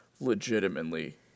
legitimately